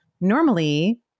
normally